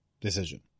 decision